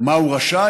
מה הוא רשאי,